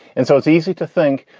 and so it's easy to think,